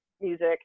music